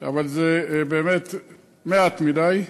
אבל זה מעט מדי.